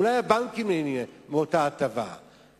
אולי הבנקים נהנים מההטבה הזאת,